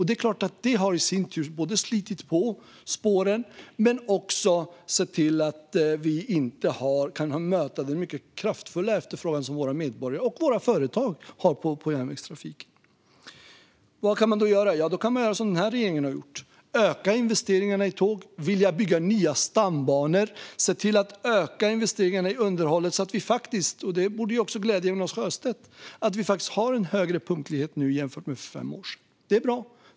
Det i sin tur har såklart både slitit på spåren och gjort att vi inte längre kan möta den mycket kraftfulla efterfrågan som våra medborgare och våra företag har på järnvägstrafiken. Vad kan man då göra? Jo, man kan göra som den här regeringen har gjort: öka investeringarna i tåg, vilja bygga nya stambanor och öka investeringarna i underhållet så att vi faktiskt - och det borde glädja även Jonas Sjöstedt - har högre punktlighet nu jämfört med för fem år sedan. Det är bra.